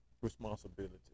responsibility